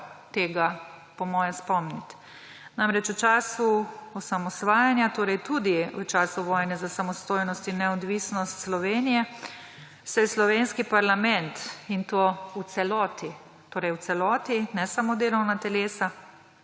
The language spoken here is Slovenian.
tega po mojem spomniti. V času osamosvajanja, torej tudi v času vojne za samostojnost in neodvisnost Slovenije se je slovenski parlament, in to v celoti, ne samo delavna telesa,